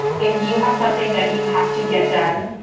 if you have something that you have to get done,